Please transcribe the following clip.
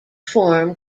form